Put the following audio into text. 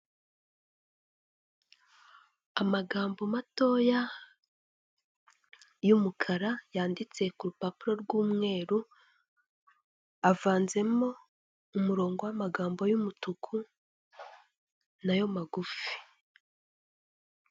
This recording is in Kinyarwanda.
Amagambo matoya y'umukara yanditse ku rupapuro rw'umweru avanzemo umurongo w'amagambo y'umutuku nayo magufi.